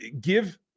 give